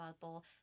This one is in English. bubble